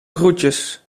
groetjes